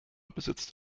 besitzt